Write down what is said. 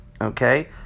Okay